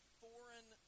foreign